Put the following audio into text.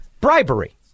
Bribery